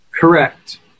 Correct